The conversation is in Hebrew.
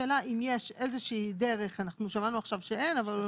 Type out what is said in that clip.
השאלה אם יש איזושהי דרך שמענו עכשיו שאין אבל אני